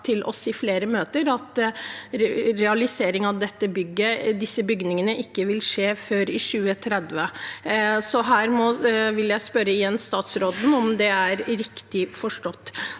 til oss i flere møter at realisering av disse bygningene ikke vil skje før i 2030. Så jeg vil igjen spørre statsråden om dette er riktig forstått.